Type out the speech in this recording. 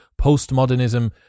postmodernism